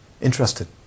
interested